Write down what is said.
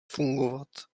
fungovat